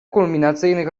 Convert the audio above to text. kulminacyjnych